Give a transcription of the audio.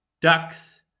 ducks